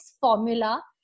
formula